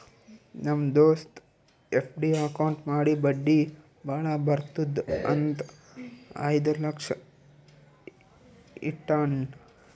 ನಮ್ ದೋಸ್ತ FD account ಮಾಡಿ ಬಡ್ಡಿ ಭಾಳ ಬರ್ತುದ್ ಅಂತ್ ಐಯ್ದ ಲಕ್ಷ ಇಟ್ಟಾನ್